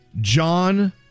John